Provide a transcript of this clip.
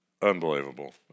Unbelievable